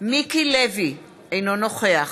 מיקי לוי, אינו נוכח